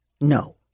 no